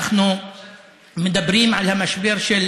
אנחנו מדברים על המשבר של